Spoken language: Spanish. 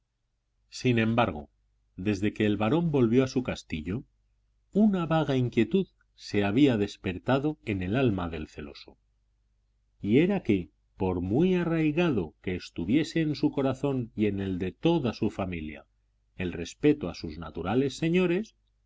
sin embargo desde que el barón volvió a su castillo una vaga inquietud se había despertado en el alma del celoso y era que por muy arraigado que estuviese en su corazón y en el de toda su familia el respeto a sus naturales señores